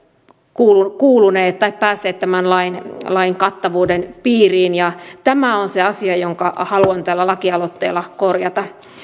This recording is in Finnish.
kuuluneet kuuluneet tai päässeet tämän lain lain kattavuuden piirin ja tämä on se asia jonka haluan tällä lakialoitteella korjata